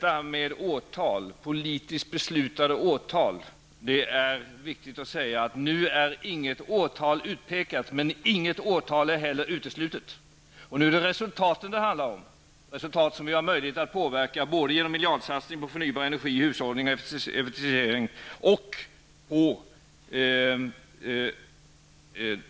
Apropå politiskt beslutade årtal är det viktigt att säga att inget årtal nu är utpekat, men inget årtal är heller uteslutet. Nu är det resultaten det handlar om, resultat som vi har möjligheter att påverka genom en miljardsatsning på förnybar energi, hushållning och effektivisering.